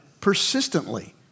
persistently